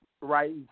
right